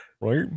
right